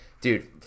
dude